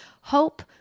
hope